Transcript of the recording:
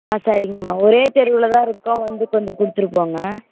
ஆ சரிங்கம்மா ஒரே தெருவில் தான் இருக்கோம் வந்து கொஞ்சம் கொடுத்துட்டு போங்க